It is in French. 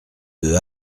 deux